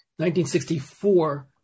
1964